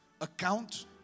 account